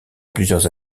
plusieurs